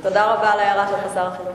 תודה רבה על ההערה שלך, שר החינוך.